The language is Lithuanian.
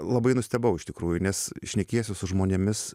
labai nustebau iš tikrųjų nes šnekiesi su žmonėmis